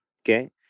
Okay